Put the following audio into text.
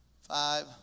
five